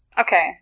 Okay